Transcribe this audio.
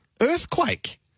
earthquake